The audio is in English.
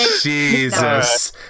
Jesus